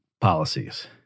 policies